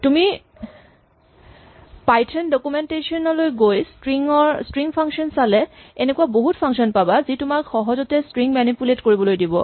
তুমি Python documentation লৈ গৈ স্ট্ৰিং ফাংচন ত চালে এনেকুৱা বহুত ফাংচন পাবা যি তোমাক সহজতে স্ট্ৰিং মেনিপুলেট কৰিবলৈ অনুমতি দিব